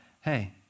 Hey